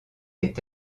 est